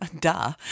duh